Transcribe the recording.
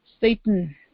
Satan